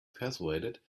persuaded